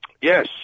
yes